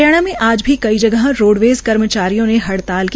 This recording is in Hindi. हरियाणा में आज भी कई जगह रोडवेज़ कर्मचारियों ने हड़ताल की